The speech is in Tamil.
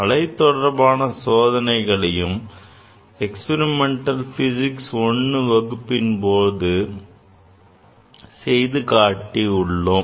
அலை தொடர்பான சோதனைகளையும் Experimental Physics I வகுப்பின் போது செய்து காட்டி உள்ளோம்